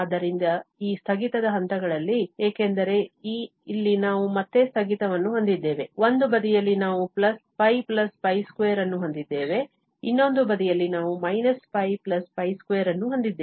ಆದ್ದರಿಂದ ಈ ಸ್ಥಗಿತದ ಹಂತಗಳಲ್ಲಿ ಏಕೆಂದರೆ ಇಲ್ಲಿ ನಾವು ಮತ್ತೆ ಸ್ಥಗಿತವನ್ನು ಹೊಂದಿದ್ದೇವೆ ಒಂದು ಬದಿಯಲ್ಲಿ ನಾವು 2 ಅನ್ನು ಹೊಂದಿದ್ದೇವೆ ಇನ್ನೊಂದು ಬದಿಯಲ್ಲಿ ನಾವು − 2 ಅನ್ನು ಹೊಂದಿದ್ದೇವೆ